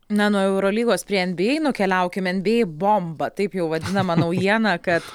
na nuo eurolygos prie en bi ei nukeliaukime en bi ei bomba taip jau vadinama naujiena kad